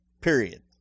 period